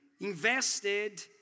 invested